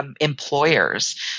Employers